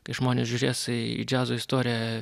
kai žmonės žiūrės į džiazo istoriją